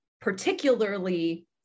particularly